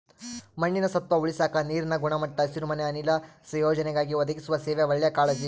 ಮಣ್ಣಿನ ಸತ್ವ ಉಳಸಾಕ ನೀರಿನ ಗುಣಮಟ್ಟ ಹಸಿರುಮನೆ ಅನಿಲ ಸಂಯೋಜನೆಗಾಗಿ ಒದಗಿಸುವ ಸೇವೆ ಒಳ್ಳೆ ಕಾಳಜಿ